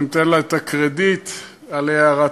אני אתן לה את הקרדיט על הערתה,